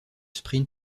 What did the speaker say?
sprint